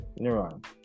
neuron